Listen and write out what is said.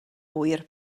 ŵyr